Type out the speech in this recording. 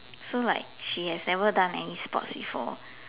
so like she has never done any sports before